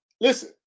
listen